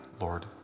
Lord